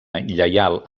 lleial